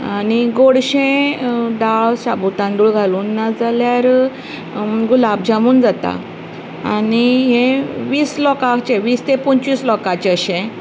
आनी गोडशें दाळ शाबु तांदूळ घालून नाजाल्यार गुलाब जामून जाता आनी हें वीस लोकांचें वीस तें पंचवीस लोकाचें अशें